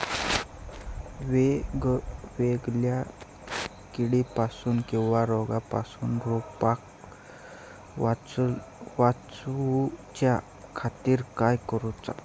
वेगवेगल्या किडीपासून किवा रोगापासून रोपाक वाचउच्या खातीर काय करूचा?